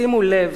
שימו לב,